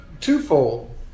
twofold